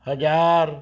ਹਜ਼ਾਰ